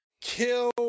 kill